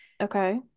Okay